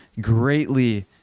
greatly